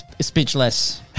speechless